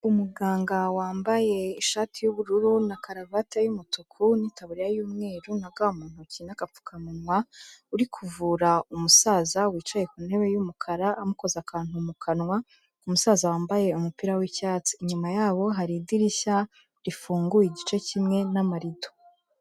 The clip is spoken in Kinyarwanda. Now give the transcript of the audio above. Umuganga wambaye ishati y'ubururu na karuvati y'umutuku n'itaburiya y'umweru na ga mu ntoki n'agapfukamunwa, uri kuvura umusaza wicaye ku ntebe y'umukara, amukoza akantu mu kanwa, umusaza wambaye umupira w'icyatsi. Inyuma yabo hari idirishya rifunguye igice kimwe n'amarido.